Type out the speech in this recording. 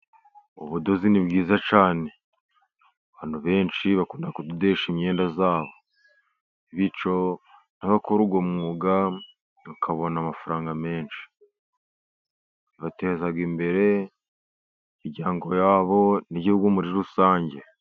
Ubudozi ni bwiza cyane. Abantu benshi bakunda kudodesha imyenda yabo, bityo n'abakora uwo mwuga bakabona amafaranga menshi, bagateza imbere imiryango yabo n'igihugu muri rusange.